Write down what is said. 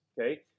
Okay